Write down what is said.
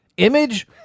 Image